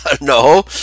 No